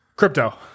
Crypto